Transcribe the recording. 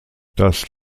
das